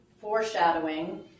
foreshadowing